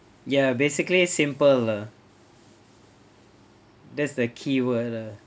ya basically simple lah that's the keyword lah